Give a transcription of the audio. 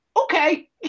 okay